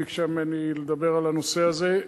ביקשה ממני לדבר על הנושא הזה.